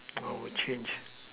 I will change